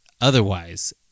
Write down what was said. otherwise